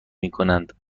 میکند